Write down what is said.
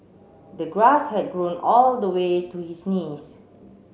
the grass had grown all the way to his knees